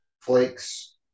Flakes